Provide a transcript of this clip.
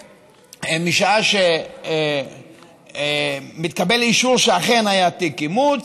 בשעה שמתקבל אישור שאכן היה תיק אימוץ,